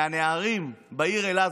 מהנערים בעיר אילת,